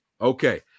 Okay